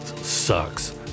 sucks